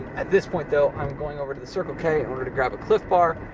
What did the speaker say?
at this point though, i'm going over to the circle k in order to grab a clif bar.